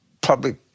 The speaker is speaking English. public